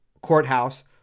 courthouse